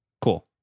Cool